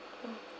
oh